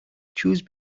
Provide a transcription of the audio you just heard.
choose